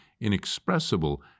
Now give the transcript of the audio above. inexpressible